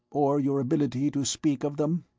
or your ability to speak of them?